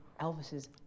Elvis's